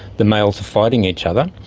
the males are fighting each other.